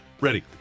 Ready